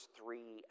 three